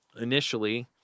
Initially